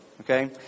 okay